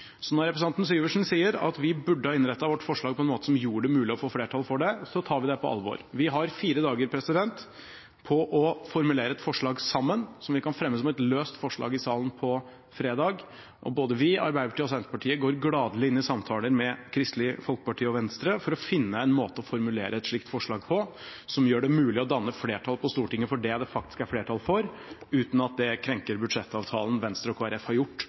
Når representanten Syversen sier at vi burde ha innrettet vårt forslag på en måte som gjorde det mulig å få flertall for det, så tar vi det på alvor. Vi har fire dager på å formulere et forslag sammen som vi kan fremme som et løst forslag i salen på fredag. Både vi, Arbeiderpartiet og Senterpartiet går gladelig inn i samtaler med Kristelig Folkeparti og Venstre for å finne en måte å formulere et slikt forslag på som gjør det mulig å danne flertall på Stortinget for det det faktisk er flertall for, uten at det krenker budsjettavtalen Venstre og Kristelig Folkeparti har gjort